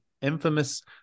infamous